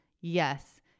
Yes